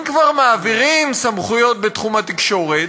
אם כבר מעבירים סמכויות בתחום התקשורת,